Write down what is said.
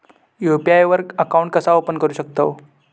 UPI वर account कसा open करू शकतव?